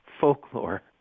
folklore